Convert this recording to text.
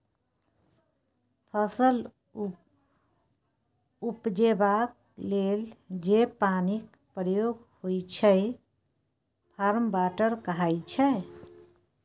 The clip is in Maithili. फसल उपजेबाक लेल जे पानिक प्रयोग होइ छै फार्म वाटर कहाइ छै